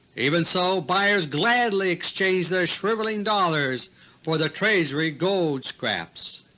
even so, buyers gladly exchange their shriveling dollars for the treasury gold scraps.